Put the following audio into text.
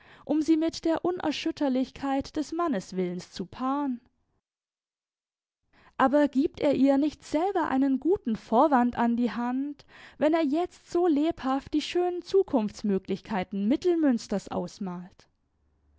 um sie mit der unerschütterlichkeit des manneswillens zu paaren aber gibt er ihr nicht selber einen guten vorwand an die hand wenn er jetzt so lebhaft die schönen zukunftsmöglichkeiten mittelmünsters ausmalt